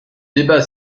débat